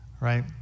Right